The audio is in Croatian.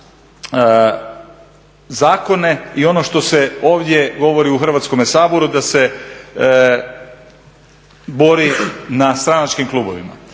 zakone i ono što se ovdje govori u Hrvatskom saboru, da se bori na stranačkim klubovima.